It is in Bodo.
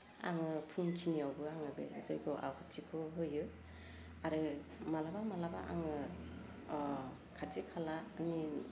आङो फुं खिनिआवबो आङो बे जय्ग' आहुथिखौ होयो आरो मालाबा मालाबा आङो अह खाथि खालानि